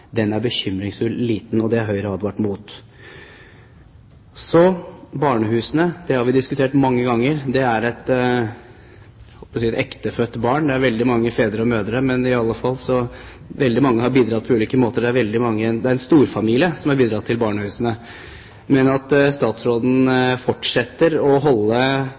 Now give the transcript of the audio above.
den overgangstiden man har, er bekymringsfull liten. Det har Høyre advart mot. Så til barnehusene. Det har vi diskutert mange ganger. Det er – skal vi si – et «ektefødt barn». Det er veldig mange fedre og mødre. I alle fall er det veldig mange som har bidratt på ulike måter – det er en storfamilie som har bidratt til barnehusene. Men statsråden må fortsette å holde